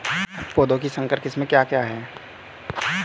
पौधों की संकर किस्में क्या क्या हैं?